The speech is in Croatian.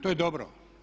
To je dobro.